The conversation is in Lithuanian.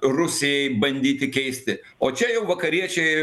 rusijai bandyti keisti o čia jau vakariečiai